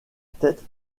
tête